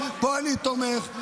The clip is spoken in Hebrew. פה אני תומך,